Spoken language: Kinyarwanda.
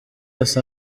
los